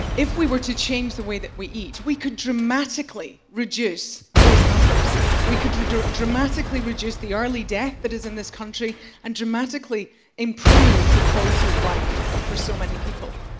if we were to change the way that we eat, we could dramatically reduce those numbers we could dramatically reduce the early death that is in this country and dramatically improve the quality of life for so many people.